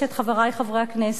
חברי חברי הכנסת,